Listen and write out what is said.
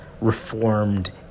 reformed